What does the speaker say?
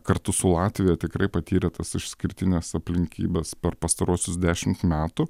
kartu su latvija tikrai patyrė tas išskirtines aplinkybes per pastaruosius dešimt metų